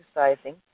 exercising